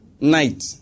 night